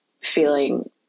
feeling